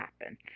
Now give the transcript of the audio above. happen